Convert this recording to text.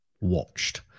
watched